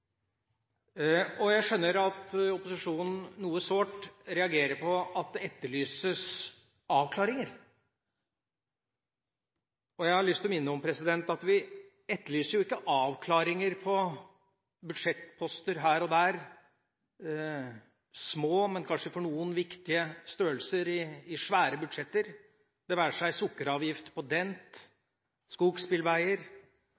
Jeg skjønner at opposisjonen reagerer noe sårt på at det etterlyses avklaringer. Jeg har lyst til å minne om at vi ikke etterlyser avklaringer på budsjettposter her og der, små, men – kanskje for noen – viktige størrelser i svære budsjetter, det være seg sukkeravgift på